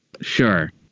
sure